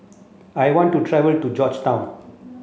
I want to travel to Georgetown